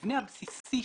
במבנה הבסיסי